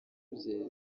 bye